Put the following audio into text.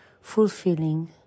fulfilling